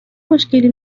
مشکلی